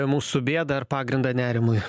mūsų bėdą ar pagrindą nerimui